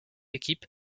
équipe